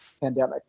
pandemic